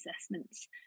assessments